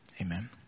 amen